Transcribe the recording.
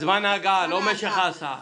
זמן ההגעה, לא משך ההסעה.